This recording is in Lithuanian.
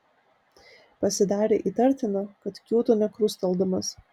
pasidarė įtartina kad kiūto nekrusteldamas